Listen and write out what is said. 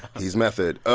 he's method.